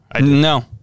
No